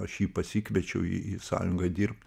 aš jį pasikviečiau į į sąjungą dirbt